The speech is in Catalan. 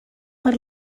per